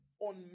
on